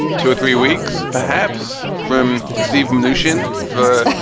two or three weeks perhaps from steve revolution for